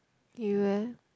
you eh